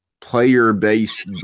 player-based